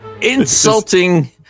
Insulting